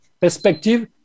perspective